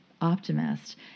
optimist